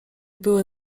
były